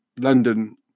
London